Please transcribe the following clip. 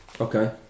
Okay